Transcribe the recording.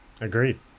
agreed